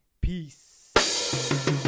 Peace